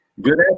Good